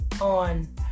on